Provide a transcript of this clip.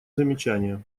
замечания